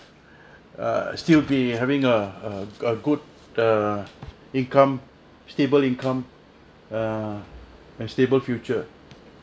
err still be having a a a good err income stable income a stable future